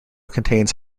contains